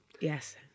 Yes